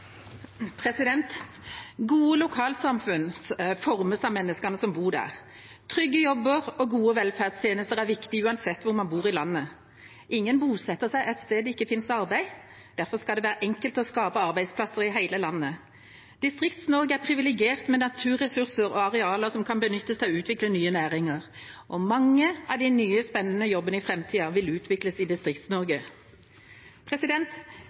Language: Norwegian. Gode lokalsamfunn formes av menneskene som bor der. Trygge jobber og gode velferdstjenester er viktig uansett hvor man bor i landet. Ingen bosetter seg et sted der det ikke finnes arbeid. Derfor skal det være enkelt å skape arbeidsplasser i hele landet. Distrikts-Norge er privilegert med naturressurser og arealer som kan benyttes til å utvikle nye næringer, og mange av de nye, spennende jobbene i framtida vil utvikles i